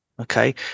okay